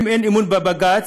האם אין אמון בבג"ץ?